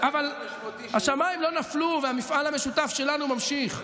אבל השמים לא נפלו, והמפעל המשותף שלנו נמשך.